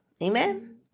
Amen